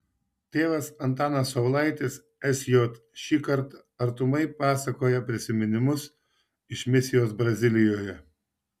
tėvas antanas saulaitis sj šįsyk artumai pasakoja prisiminimus iš misijos brazilijoje